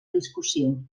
discussió